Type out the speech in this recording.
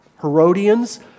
Herodians